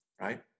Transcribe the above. right